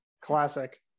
Classic